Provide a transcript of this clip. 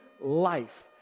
life